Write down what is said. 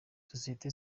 sosiyete